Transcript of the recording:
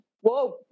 whoa